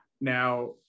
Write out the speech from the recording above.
Now